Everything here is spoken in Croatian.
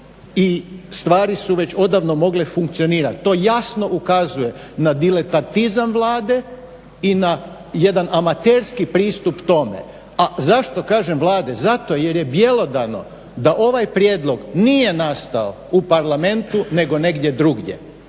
i stvari su već odavno mogle funkcionirat. To jasno ukazuje na diletantizam Vlade i na jedan amaterski pristup tome. A zašto kažem Vlade? Zato jer je bjelodano da ovaj prijedlog nije nastao u Parlamentu nego negdje drugdje.